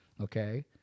Okay